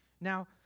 Now